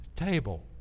table